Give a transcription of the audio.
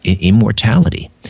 immortality